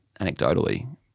anecdotally